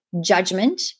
judgment